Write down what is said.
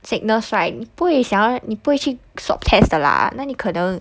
sickness right 你不会想要你不会去 swab test 的啦哪里可能